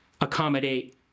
accommodate